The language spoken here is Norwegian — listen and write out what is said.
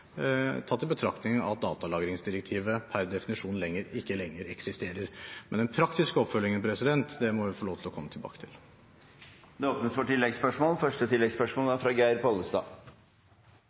tatt i betraktning at datalagringsdirektivet per definisjon ikke lenger eksisterer. Men den praktiske oppfølgingen må jeg få lov til å komme tilbake til. Det blir gitt anledning til oppfølgingsspørsmål – først Geir Pollestad.